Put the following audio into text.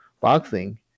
boxing